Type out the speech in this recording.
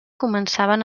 començaven